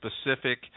specific